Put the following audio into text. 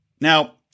Now